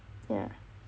yah